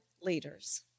leaders